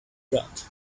got